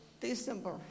December